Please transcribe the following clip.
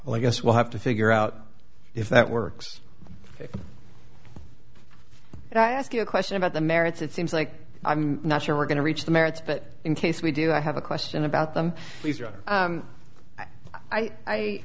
well i guess we'll have to figure out if that works and i ask you a question about the merits it seems like i'm not sure we're going to reach the merits but in case we do i have a question about them